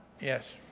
Yes